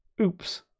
Oops